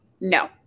no